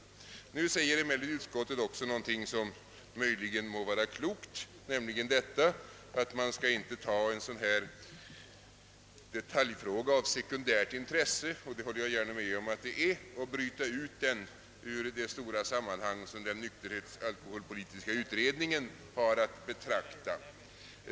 Utskottet säger emellertid också någonting som möjligen är klokt, nämligen att man inte bör ta en sådan här detaljfråga av sekundärt intresse — det håller jag gärna med om att det är — och bryta ut den ur det stora sammanhanget, som den alkoholpolitiska utredningen har att utreda.